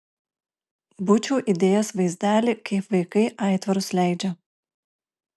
būčiau įdėjęs vaizdelį kaip vaikai aitvarus leidžia